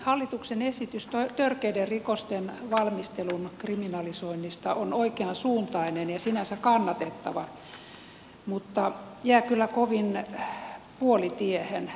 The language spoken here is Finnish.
hallituksen esitys törkeiden rikosten valmistelun kriminalisoinnista on oikeansuuntainen ja sinänsä kannatettava mutta jää kyllä kovin puolitiehen